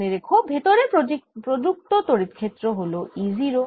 মনে রেখো ভেতরে প্রযুক্ত তড়িৎ ক্ষেত্র হল E 0